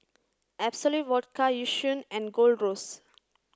Absolut Vodka Yishion and Gold Roast